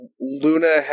Luna